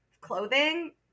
clothing